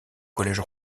collège